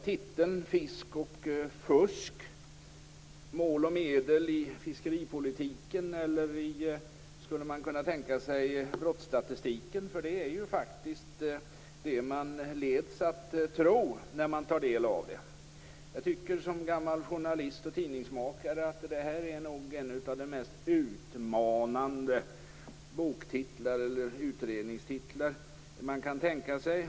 Titeln är Fisk och fusk: mål, medel och makt i fiskeripolitiken. Man skulle kunna tänka sig att ordet "brottsstatistiken". Det är faktiskt det man leds att tro när man tar del av utredningen. Jag tycker som gammal journalist och tidningsmakare att detta är en av de mest utmanande utredningstitlar man kan tänka sig.